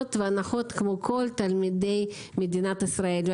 זכויות והנחות כמו כל תלמידי מדינת ישראל.